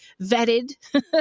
vetted